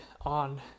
on